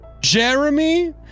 Jeremy